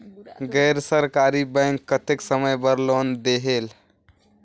गैर सरकारी बैंक कतेक समय बर लोन देहेल?